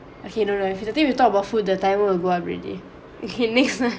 okay no no if to think we talk about food the timer will go up already okay next one